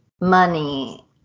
money